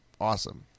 awesome